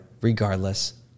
regardless